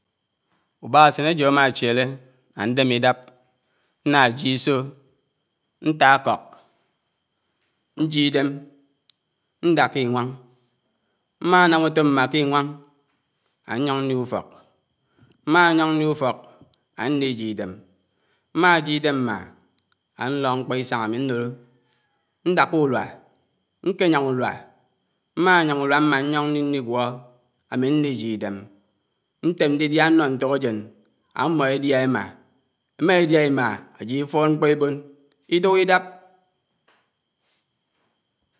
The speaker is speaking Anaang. ùbákásén éjó ámáchiédé ándémé ídáb, má jíé ísó, ñtá ùkók, ñjíé ídém, ñdáká íwáñ. Mmá nám útóm mmá k’íwáñ ányóñ ñni ùfók, mmá yóñ ñní ùfók, áníjíé ídém, mmá jíè ídém mmá ánlók mkpó ísáñ ámí ñtóró, ñdáká ùrùa, ñké yám ùrùá, mmá yàm ùrùá mmá ñyóñ ñníní gwó, ámí m’ísíé ídém, ñtém ñdídíá ñnó ñtókájén ámmó édíd émmá édíá ímá, ásíd ífód mkpó íbòn, ídùk ídùk ídáb.